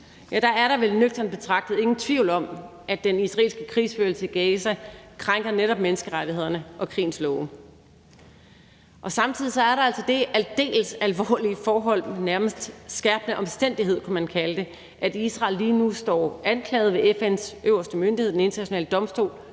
af krig, er der vel nøgternt betragtet ingen tvivl om, at den israelske krigsførelse i Gaza netop krænker netop menneskerettighederne og krigens love. Samtidig er der altså det aldeles alvorlige forhold, man kan nærmeste kalde det en skærpende omstændighed, at Israel lige nu står anklaget ved FN’s øverste myndighed, Den Internationale Domstol,